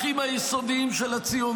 מגוון ומחויב לערכים היסודיים של הציונות.